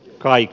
kai